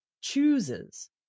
chooses